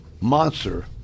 monster